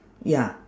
ya